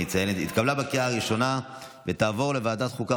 התקבלה בקריאה הראשונה ותעבור לוועדת חוקה,